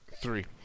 Three